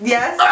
Yes